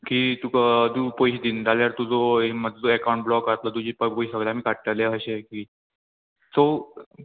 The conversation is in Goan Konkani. की तुका तूं पयशे दिना जाल्यार तुजो एकावंट ब्लॉक जातलो तुजी प सगळें आमी काडटले अशें की सो